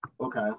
Okay